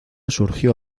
surgió